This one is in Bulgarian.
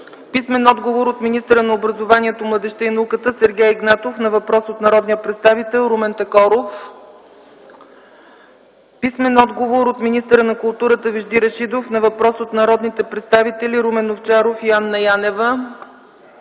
Плугчиева; - от министъра на образованието, младежта и науката Сергей Игнатов на въпрос от народния представител Румен Такоров; - от министъра на културата Вежди Рашидов на въпрос от народните представители Румен Овчаров и Анна Янева;